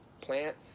plant